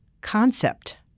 concept